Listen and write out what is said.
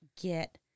get